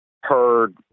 heard